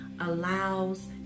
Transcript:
allows